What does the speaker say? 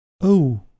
Oh